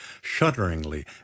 shudderingly